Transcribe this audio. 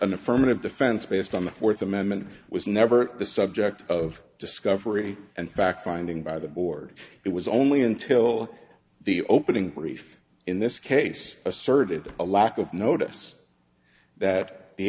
an affirmative defense based on the fourth amendment was never the subject of discovery and fact finding by the board it was only until the opening brief in this case asserted a lack of notice that the